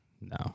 No